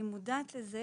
אני מודעת לזה.